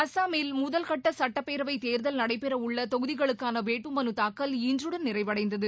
அசாமில் முதல் கட்ட சட்டப் பேரவைத் தேர்தல் நடைபெற உள்ள தொகுதிகளுக்கான வேட்புமனுத் தாக்கல் இன்றுடன் நிறைவடைந்தது